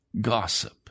Gossip